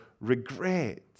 regret